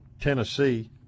Tennessee